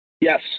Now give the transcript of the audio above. Yes